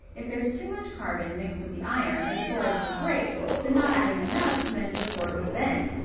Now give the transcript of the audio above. if there's too much carbon mixed with the iron, the swords will break, but not adding enough meant the sword would bend.